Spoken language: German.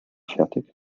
fertig